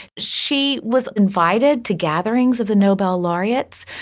she was invited to gatherings of the nobel laureates,